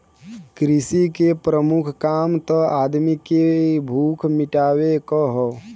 कृषि के प्रमुख काम त आदमी की भूख मिटावे क हौ